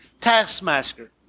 Taskmaster